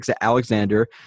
alexander